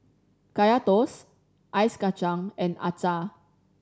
Kaya Toast Ice Kachang and acar